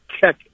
check